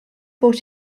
past